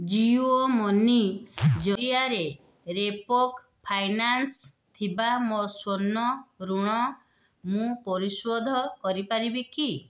Jio money ଜରିଆରେ ରେପକ finance ଥିବା ମୋ ସ୍ଵର୍ଣ୍ଣ ଋଣ ମୁଁ ପରିଶୋଧ କରିପାରିବି କି